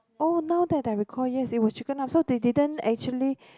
oh now that I recall yes it was chicken up so they didn't actually